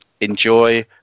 enjoy